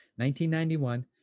1991